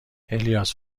الیاس